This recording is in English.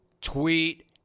tweet